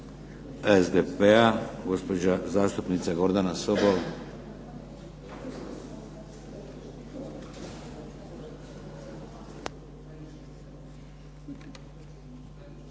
(HDZ)** Gospođa zastupnica Gordana Sobol.